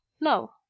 no